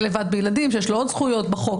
לבדו בילדים שיש לו עוד זכויות בחוק.